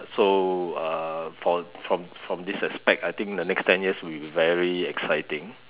so uh from from from this aspect I think the next ten years will be very exciting